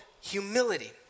humility